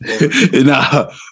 Nah